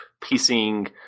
piecing